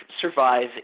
survive